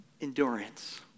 endurance